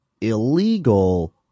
illegal